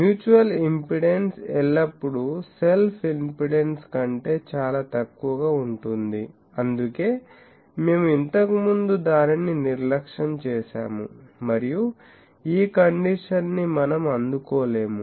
mutual impedance ఎల్లప్పుడూ self impedance కంటే చాలా తక్కువగా ఉంటుంది అందుకే మేము ఇంతకుముందు దానిని నిర్లక్ష్యం చేసాము మరియు ఈ కండిషన్ ని మనం అందుకోలేము